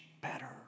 better